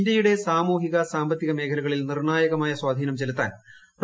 ഇന്ത്യയുടെ സാമൂഹിക സാമ്പത്തിക ് മേഖലകളിൽ നിർണ്ണായകമായ സ്വാധീനം ചെലുത്താൻ ഡോ